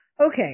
Okay